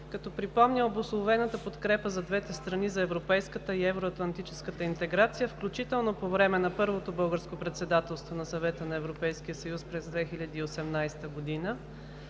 Като припомня обусловената подкрепа за двете страни за европейската и евроатлантическата интеграция, включително по време на първото Българско председателство на Съвета на Европейския съюз през 2018 г.;